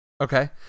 Okay